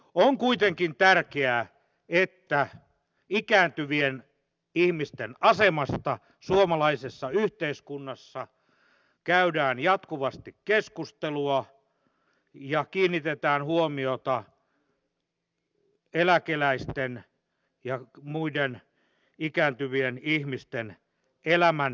on kuitenkin tärkeää että ikääntyvien ihmisten asemasta suomalaisessa yhteiskunnassa käydään jatkuvasti keskustelua ja kiinnitetään huomiota eläkeläisten ja muiden ikääntyvien ihmisten elämäntilanteeseen